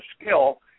skill